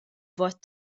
vot